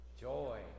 Joy